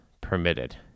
permitted